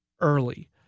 early